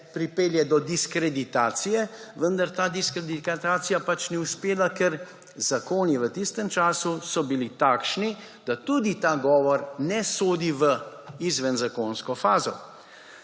pripelje do diskreditacije, vendar ta diskreditacija ni uspela, ker zakoni v tistem času so bili takšni, da tudi ta govor ne sodi v izvenzakonsko fazo.